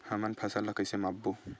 हमन फसल ला कइसे माप बो?